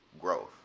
growth